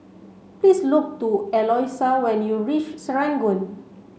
please look to Eloisa when you reach Serangoon